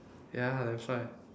ya that's why